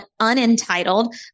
Unentitled